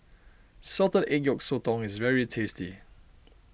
Salted Egg Yolk Sotong is very tasty